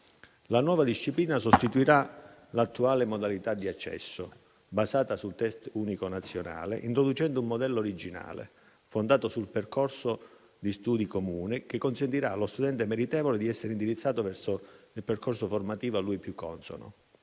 La nuova disciplina sostituirà l'attuale modalità di accesso basata sul *test* unico nazionale, introducendo un modello originale fondato su un percorso di studi comune che consentirà allo studente meritevole di essere indirizzato verso il percorso formativo a lui più consono.